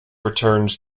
returned